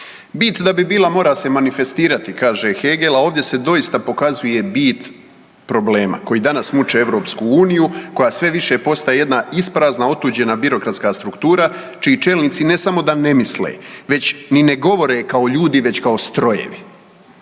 Bit da bi bila mora se manifestirati kaže Hegel, a ovdje se doista pokazuje bit problema koji danas muče EU koja sve više postaje jedna isprazna otuđena birokratska struktura, čiji čelnici ne samo da ne misle već ni ne govore kao ljudi već kao strojevi.